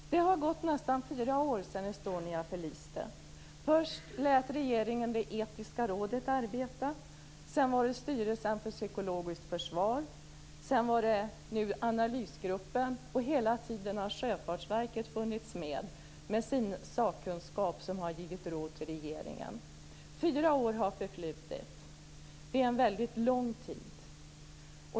Fru talman! Det har gått nästan fyra år sedan Estonia förliste. Först lät regeringen det etiska rådet arbeta. Sedan var det Styrelsen för psykologiskt försvar. Nu är det analysgruppen. Hela tiden har Sjöfartsverket funnits med med sin sakkunskap och givit råd till regeringen. Fyra år har förflutit. Det är en väldigt lång tid.